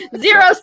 Zero